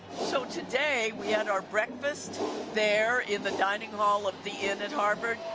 so today we had our breakfast there in the dining hall of the inn at harvard,